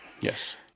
yes